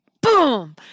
boom